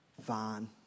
Fine